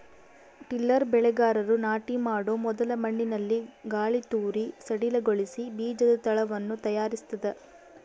tiller ಬೆಳೆಗಾರರು ನಾಟಿ ಮಾಡೊ ಮೊದಲು ಮಣ್ಣಿನಲ್ಲಿ ಗಾಳಿತೂರಿ ಸಡಿಲಗೊಳಿಸಿ ಬೀಜದ ತಳವನ್ನು ತಯಾರಿಸ್ತದ